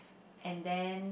and then